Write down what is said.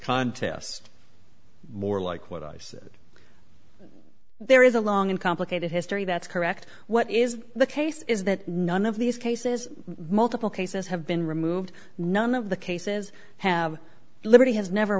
contest more like what i said there is a long and complicated history that's correct what is the case is that none of these cases multiple cases have been removed none of the cases have liberty has never